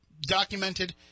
documented